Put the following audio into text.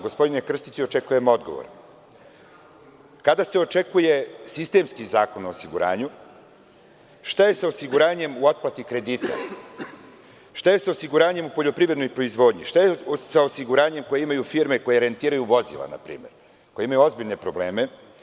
Gospodine Krstiću, pitam vas kada se očekuje sistemski zakon o osiguranju, šta je sa osiguranjem u otplati kredita, šta je sa osiguranjem u poljoprivrednoj proizvodnji, šta je sa osiguranjem koje imaju firme koje rentiraju vozila npr, koje imaju ozbiljne probleme?